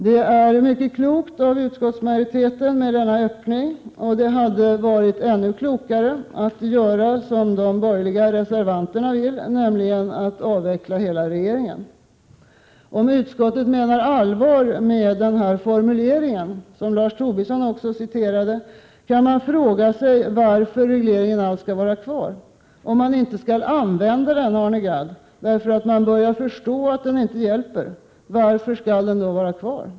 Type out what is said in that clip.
Det är mycket klokt av utskottsmajoriteten att i yttrandet ha med denna öppning, och det hade varit ännu klokare att göra som de borgerliga reservanterna vill, nämligen avveckla hela regleringen. Om utskottet menar allvar med denna formulering, som Lars Tobisson också citerade, kan man fråga sig varför regleringen alls skall vara kvar. Om man inte skall använda den, Arne Gadd, därför att man börjar förstå att den inte hjälper, varför skall den då vara kvar?